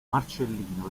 marcellino